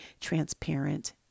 transparent